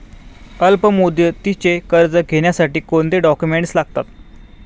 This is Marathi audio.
अल्पमुदतीचे कर्ज घेण्यासाठी कोणते डॉक्युमेंट्स लागतात?